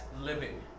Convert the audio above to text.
living